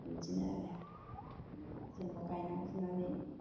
बिदिनो आरो जेनेबा गायनानै फुनानै